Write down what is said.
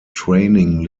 training